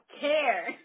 care